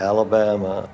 Alabama